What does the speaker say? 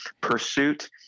pursuit